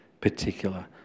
particular